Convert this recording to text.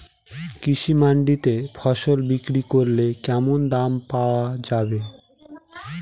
কৃষি মান্ডিতে ফসল বিক্রি করলে কেমন দাম পাওয়া যাবে?